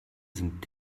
sind